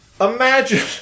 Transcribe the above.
Imagine